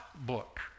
book